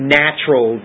natural